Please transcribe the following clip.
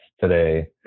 today